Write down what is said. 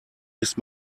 ist